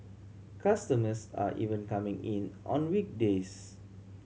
customers are even coming in on weekdays